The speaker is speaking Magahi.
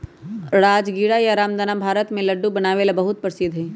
राजगीरा या रामदाना भारत में लड्डू बनावे ला बहुत प्रसिद्ध हई